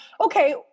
okay